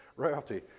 Royalty